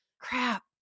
crap